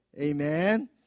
amen